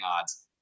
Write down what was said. odds